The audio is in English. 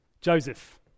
Joseph